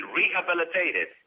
rehabilitated